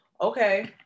okay